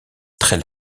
très